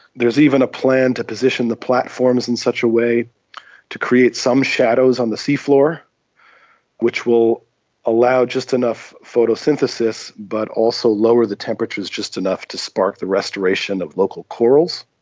there's even a plan to position the platforms in such a way to create some shadows on the seafloor which will allow just enough photosynthesis but also lower the temperatures just enough to spark the restoration of local corals.